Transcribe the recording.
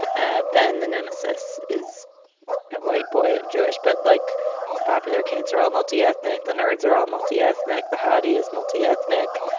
and then the nemesis is a white boy and jewish. but like the popular kids are all multi-ethnic, the nerds are all multi-ethnic. the hoddy is multi-ethnic.